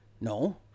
No